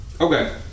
Okay